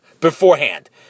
beforehand